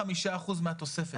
הוא יקבל 75% מהתוספת.